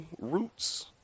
roots